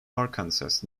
arkansas